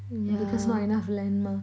because not enough land mah